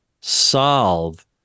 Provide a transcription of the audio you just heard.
solve